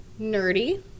Nerdy